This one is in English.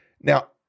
Now